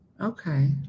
Okay